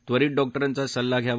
त्वरित डॉक्टरांचा सल्ला घ्यावा